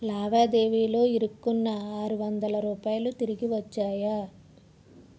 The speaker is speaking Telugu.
లావాదేవీలో ఇరుక్కున్న ఆరువందల రూపాయలు తిరిగి వచ్చాయా